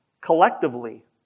collectively